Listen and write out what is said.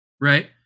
right